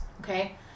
okay